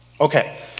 Okay